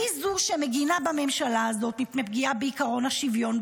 היא זו שמגינה בממשלה הזאת מפגיעה בעקרון השוויון,